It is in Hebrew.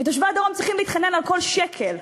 כי תושבי הדרום צריכים להתחנן על כל שקל.